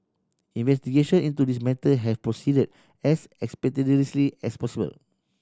investigation into this matter have proceeded as expeditiously as possible